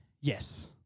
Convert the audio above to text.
yes